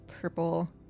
purple